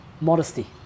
modesty